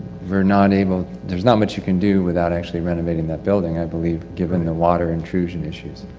we're not able there's not much you can do without actually renovating that building i believe given the water intrusion issues.